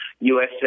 USA